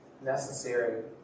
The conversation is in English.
necessary